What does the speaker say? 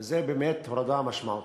וזו באמת הורדה משמעותית.